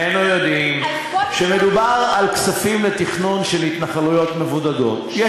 שנינו יודעים שמדובר על כספים לתכנון של התנחלויות מבודדות,